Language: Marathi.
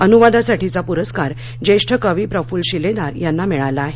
अनुवादासाठीचा पुरस्कार ज्येष्ठ कवी प्रफुल शिलेदार यांना मिळाला आहे